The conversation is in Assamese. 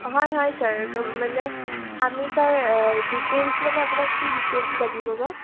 হয় হয় ছাৰ মানে আমি ছাৰ ডিটেইলছ মানে আপোনাক কি ডিটেইলছ লাগিব বা